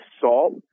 salt